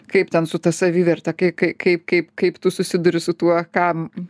kaip ten su ta saviverte kai kai kaip kaip tu susiduri su tuo kam